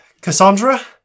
Cassandra